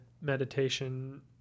meditation